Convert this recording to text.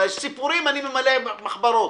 בסיפורים אני ממלא מחברות.